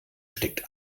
steckt